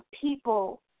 people